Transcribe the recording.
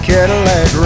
Cadillac